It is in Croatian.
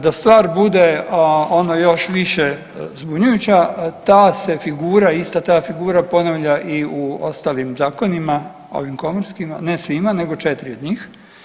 Da stvar bude ono još više zbunjujuća, ta se figura, ista ta figura ponavlja i u ostalim zakonima, ovim komorskima, ne svima nego 4 od njih.